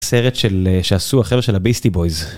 סרט של שעשו אחר של הביסטי בויז.